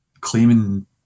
claiming